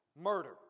murder